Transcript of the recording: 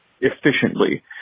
efficiently